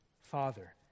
father